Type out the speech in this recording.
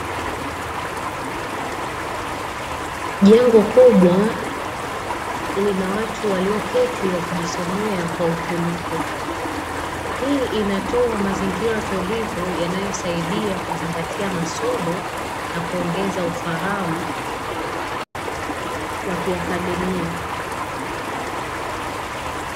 Jengo kubwa lina watu walioketi wakijisomea kwa utulivu, hii inatoa mazingira tulivu inayosaidia kuzingatia masomo na kuongeza ufahamu wa kiakademia.